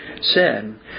sin